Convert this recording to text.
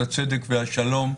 הצדק והשלום,